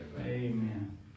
Amen